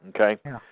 Okay